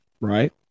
right